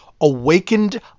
awakened